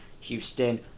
Houston